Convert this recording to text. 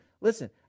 Listen